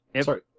Sorry